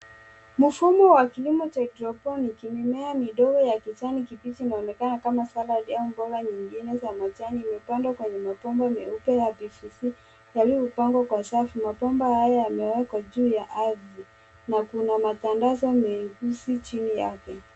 Mfumo ya kilimo cha hydroponic mimea midogo ya kijani kibichi inaonekana kama salat au mboga nyingine za majani. Imepandwa kwenye mapomba meupe ya PVC yaliopangwa kwa safu mapomba haya yamewekwa juu ya aridhi na kuna matandazo meusi chini yake.